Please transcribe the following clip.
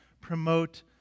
promote